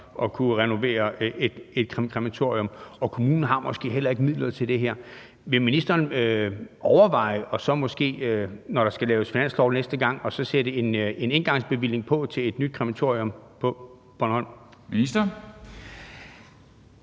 at kunne renovere et krematorium, og kommunen har måske heller ikke midlerne til det her. Vil ministeren overveje, når der skal laves finanslov næste gang, at sætte en engangsbevilling på til et nyt krematorium på Bornholm? Kl.